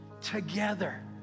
together